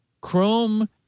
Chrome